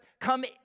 come